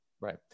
Right